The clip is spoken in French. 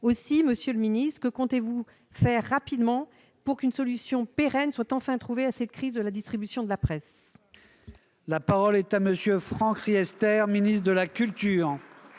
Monsieur le ministre, que comptez-vous faire rapidement pour qu'une solution pérenne soit enfin trouvée à cette crise de la distribution de la presse ? La parole est à M. le ministre de la culture.